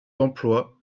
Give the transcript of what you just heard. d’emploi